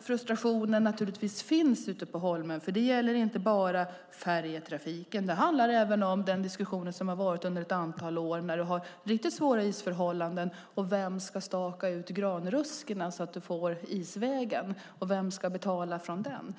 Frustrationerna finns naturligtvis på Holmön. Det gäller inte bara färjetrafiken, utan det handlar även om den diskussion som har funnits under ett antal år med riktigt svåra isförhållanden och vem som ska staka ut granruskorna för isvägen och vem som ska betala den.